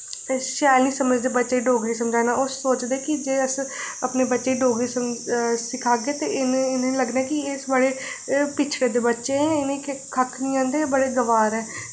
ते शैल ई समझदे डोगरी समझाना ते सोचदे की जे अस अपने बच्चें गी डोगरी सिखागे ते इ'नें समझना कि एह् पिछड़े दे बच्चे इ'नेंगी कक्ख निं औंदा एह् गवार ऐ